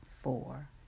four